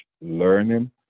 learning